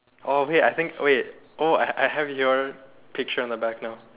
orh wait I think wait oh I I have your picture on the back now